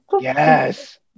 yes